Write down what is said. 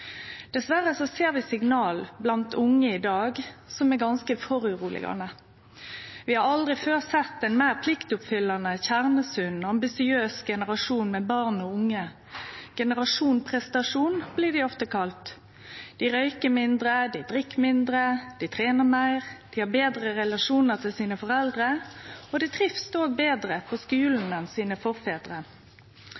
ser vi signal blant unge i dag som er ganske urovekkjande. Vi har aldri før sett ein meir pliktoppfyllande, kjernesunn og ambisiøs generasjon barn og unge. «Generasjon prestasjon» blir dei ofte kalla. Dei røykjer mindre, dei drikk mindre, dei trener meir, dei har betre relasjonar til foreldra sine, og dei trivst òg betre på